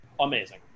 amazing